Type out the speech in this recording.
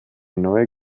neu